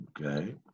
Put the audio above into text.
Okay